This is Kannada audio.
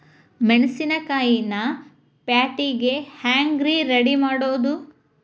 ಮೆಣಸಿನಕಾಯಿನ ಪ್ಯಾಟಿಗೆ ಹ್ಯಾಂಗ್ ರೇ ರೆಡಿಮಾಡೋದು?